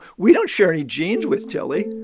we don't share any genes with tilly,